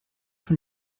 von